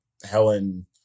helen